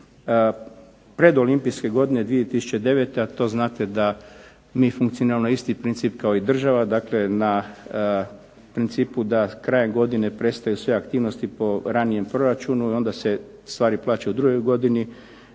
pred olimpijske godine 2009. to znate da mi funkcioniramo na isti princip kao i država, dakle na principu da krajem godine prestaju sve aktivnosti po ranijem proračunu. Onda se stvari plaćaju u drugoj godini.